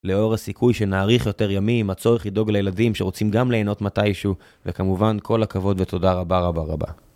לאור הסיכוי שנאריך יותר ימים, הצורך לדאוג לילדים שרוצים גם ליהנות מתישהו, וכמובן, כל הכבוד ותודה רבה רבה רבה.